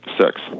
six